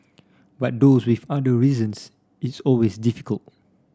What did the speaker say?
but those with under reasons it's always difficult